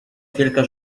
wielka